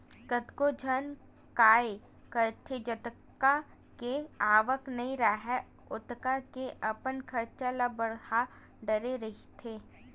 कतको झन काय करथे जतका के आवक नइ राहय ओतका के अपन खरचा ल बड़हा डरे रहिथे